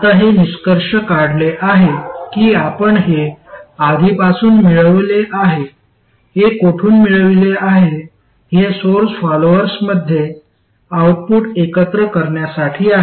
आता हे निष्कर्ष काढले आहे की आपण हे आधीपासून मिळवले आहे हे कोठून मिळविले आहे हे सोर्स फॉलोअर्समध्ये आउटपुट एकत्र करण्यासाठी आहे